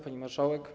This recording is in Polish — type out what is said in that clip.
Pani Marszałek!